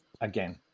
again